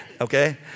Okay